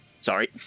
Sorry